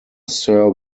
sir